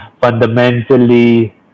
fundamentally